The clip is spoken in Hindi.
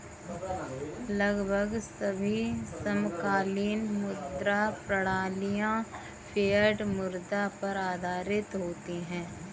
लगभग सभी समकालीन मुद्रा प्रणालियाँ फ़िएट मुद्रा पर आधारित होती हैं